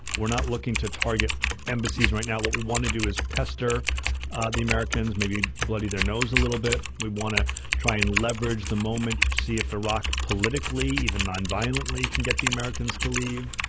we're not looking to target embassies right now. what we want to do is pester the americans, maybe bloody their nose a little bit. we want to try and leverage the moment to to see if iraq politically, even non-violently, non-violently, can get the americans to leave.